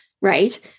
right